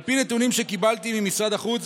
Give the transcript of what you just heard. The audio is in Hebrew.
על פי נתונים שקיבלתי ממשרד החוץ,